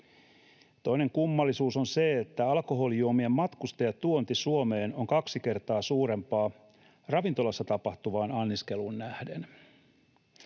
Toinen kummallisuus on se, että alkoholijuomien matkustajatuonti Suomeen on kaksi kertaa suurempaa ravintolassa tapahtuvaan anniskeluun nähden.